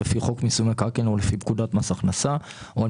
לפי חוק מיסוי מקרקעין או לפי פקודת מס הכנסה או על